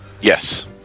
Yes